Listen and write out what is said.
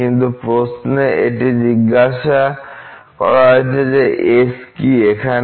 কিন্তু প্রশ্নে এটি জিজ্ঞাসা করা হয়েছে যে S কী এখানে